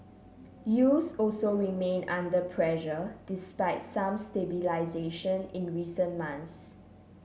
yields also remain under pressure despite some stabilisation in recent months